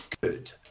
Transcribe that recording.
good